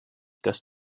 dass